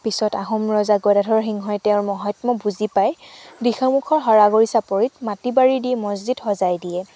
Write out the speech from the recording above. পিছত আহোম ৰজা গদাধৰ সিংহই তেওঁৰ মাহাত্ম্য বুজি পাই দিখৌ মুখৰ সৰাগুৰি চাপৰিত মাটি বাৰী দি মছজিদ সজাই দিয়ে